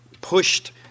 pushed